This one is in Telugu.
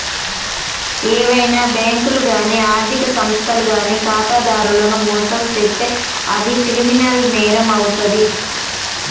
ఏవైనా బ్యేంకులు గానీ ఆర్ధిక సంస్థలు గానీ ఖాతాదారులను మోసం చేత్తే అది క్రిమినల్ నేరమవుతాది